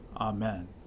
Amen